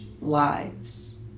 lives